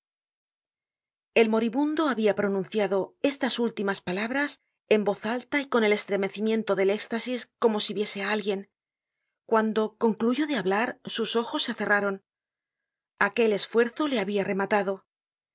el moribundo habia pronunciado estas últimas palabras en voz alta y con el estremecimiento del éxtasis como si viese á alguien cuando concluyó de hablar sus ojos se cerraron aquel esfuerzo le habia rematado era